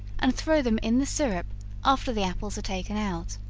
and throw them in the syrup after the apples are taken out